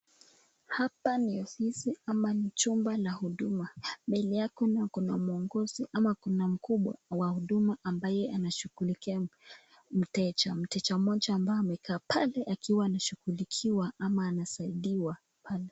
Hapa ni ofisi ama ni chumba la huduma, mbele yake kuna kiongozi ama kuna mkubwa wa huduma ambaye anashughulikia mteja, mteja mmoja ambaye amekaa pale akiwa anashughulikiwa ama anasaidiwa pale.